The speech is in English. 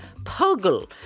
Poggle